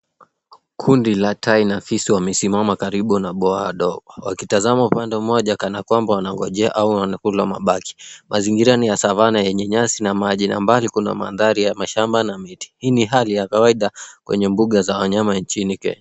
Kundi la tai na fisi wamesimama karibu na bwawa dogo wakitazama upande mmoja kana kwamba wanangojea au wanakula mabaki. Mazingira ni ya savana yenye nyasi na maji. Na mbali kuna mandhari ya wanyama na miti. Hii ni hali ya kawaida kwenye mbuga za wanyama nchini Kenya.